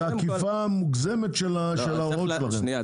זו עקיפה מוגזמת של ההוראות שלכם,